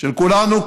של כולנו,